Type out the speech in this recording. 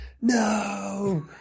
no